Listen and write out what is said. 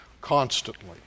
constantly